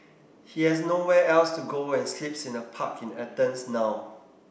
he has nowhere else to go and sleeps in a park in Athens now